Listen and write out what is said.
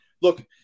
look